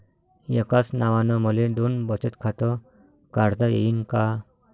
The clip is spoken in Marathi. एकाच नावानं मले दोन बचत खातं काढता येईन का?